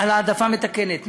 על העדפה מתקנת,